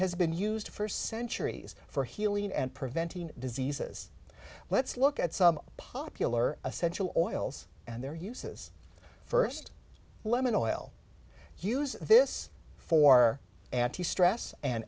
has been used for centuries for healing and preventing diseases let's look at some popular essential oils and their uses first lemon oil use this for anti stress and